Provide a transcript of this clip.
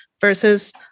versus